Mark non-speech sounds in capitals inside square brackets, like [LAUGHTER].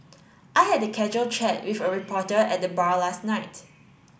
[NOISE] I had a casual chat with a reporter at the bar last night